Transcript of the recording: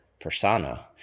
persona